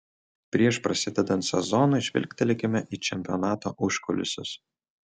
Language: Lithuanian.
prieš prasidedant sezonui žvilgtelėkime į čempionato užkulisius